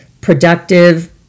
productive